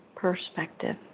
Perspective